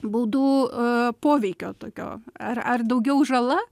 baudų poveikio tokio ar ar daugiau žala